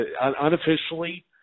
unofficially